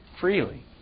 freely